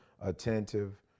attentive